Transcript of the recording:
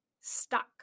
stuck